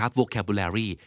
vocabulary